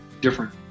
different